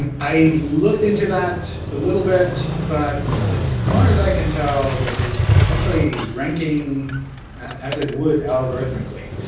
and i looked into that a little bit. but as far as i can tell, this is essentially ranking as it would algorithmically.